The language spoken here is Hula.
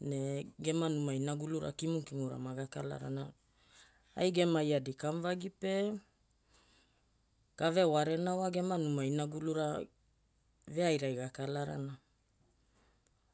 ne gema numa inagulura kimukimura magakalarana. Ai gema yardi kamuvagi pe gavewarena wa gema numa inagulura veairai gakalarana.